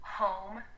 home